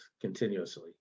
continuously